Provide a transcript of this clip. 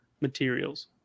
materials